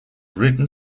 written